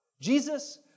Jesus